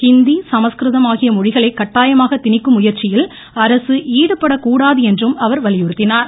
ஹிந்தி சமஸ்கிருதம் ஆகிய மொழிகளை கட்டாயமாக திணிக்கும் முயற்சியில் அரசு ஈடுபடக்கூடாது என்றும் அவர் வலியுறுத்தினார்